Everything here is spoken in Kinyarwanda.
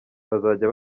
bazajya